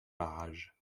barrages